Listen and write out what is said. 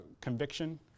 conviction